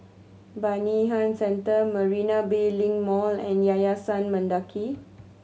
Bayanihan Centre Marina Bay Link Mall and Yayasan Mendaki